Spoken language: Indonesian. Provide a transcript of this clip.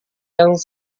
yang